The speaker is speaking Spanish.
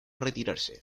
retirarse